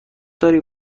داری